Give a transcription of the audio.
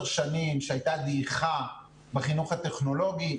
שנים שהייתה דעיכה בחינוך הטכנולוגי.